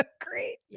great